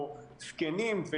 זקנים,